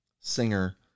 Singer